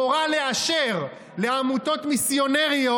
והורה לאשר לעמותות מיסיונריות,